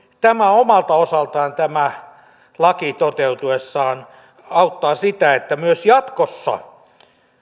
ja omalta osaltaan tämä laki toteutuessaan auttaa sitä että myös jatkossa